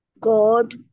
God